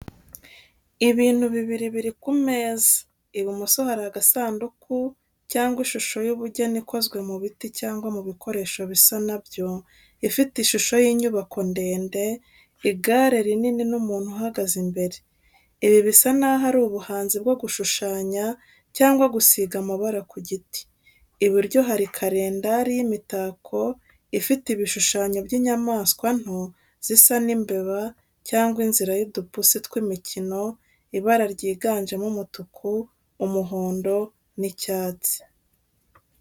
Ibintu bibiri biri ku meza. Ibumoso hari agasanduku cyangwa ishusho y’ubugeni ikozwe mu biti cyangwa mu bikoresho bisa na byo, ifite ishusho y’inyubako ndende, igare rinini n’umuntu uhagaze imbere. Ibi bisa naho ari ubuhanzi bwo gushushanya cyangwa gusiga amabara ku giti. Iburyo hari karendari y’imitako ifite ibishushanyo by’inyamanswa nto zisa n’imbeba cyangwa inzira y’udupusi tw’imikino, ibara ryiganjemo umutuku, umuhondo, n’icyatsi.